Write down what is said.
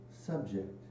subject